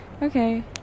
Okay